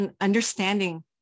understanding